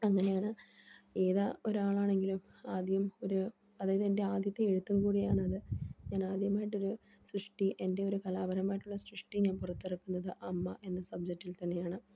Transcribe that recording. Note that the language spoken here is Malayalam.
അങ്ങനെയാണ് ഏതാ ഒരാളാണെങ്കിലും ആദ്യം ഒരു അതായത് എൻ്റെ ആദ്യത്തെ എഴുത്തും കൂടിയാണത് ഞാൻ ആദ്യമായിട്ടൊരു സൃഷ്ടി എൻ്റെ ഒരു കലാപരമായിട്ടുള്ള സൃഷ്ടി ഞാൻ പുൊറത്തെറക്കുന്നത് അമ്മ എന്ന സബ്ജക്റ്റിൽ തന്നെയാണ്